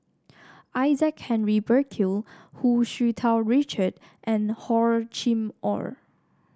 Isaac Henry Burkill Hu Tsu Tau Richard and Hor Chim Or